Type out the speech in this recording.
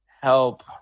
help